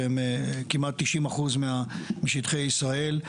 שהם כמעט 90% משטחי ישראל,